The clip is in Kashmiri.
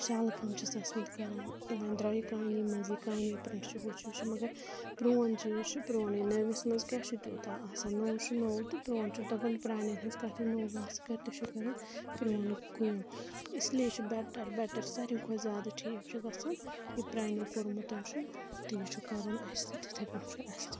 شالہٕ کام چھِس ٲسۍ مٕتۍ کَران درٛایہِ کانی مٔنٛزی کانی پرٛنٛٹھ چھِ ہُہ ہُہ چھُ مگر پرون چیٖز چھُ پرونٕے نٔوِس منٛز کیاہ چھُ تیوٗتاہ آسان نوٚو چھُ نوٚو تہٕ پرون چھُ دَپَان پرٛانؠن ہِنٛز کَتھ یہِ نوٚو گاسہٕ کَرِ تہِ چھُ کَران پرٛون کُن اِسی لیے چھُ بیٹَر بیٹَر ساروی کھۄتہٕ زیادٕ ٹھیٖک چھُ گژھان یہِ پرانیو کوٚرمُت چھُ تہِ چھُ کَرُن اَسہِ تِتھٕے پٲٹھۍ چھُ اَسہِ تہِ پَکُن